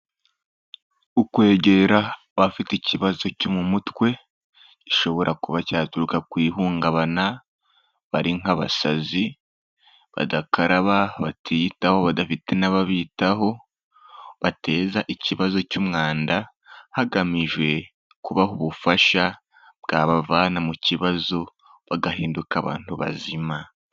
Ukwegera abafite ikibazo cyo mu mutwe, gishobora kuba cyaturuka ku ihungabana, bari nk'abasazi badakaraba, batiyitaho, badafite n'ababitaho, bateza ikibazo cy'umwanda, hagamijwe kubaha ubufasha bwabavana mu kibazo bagahinduka abantu bazima.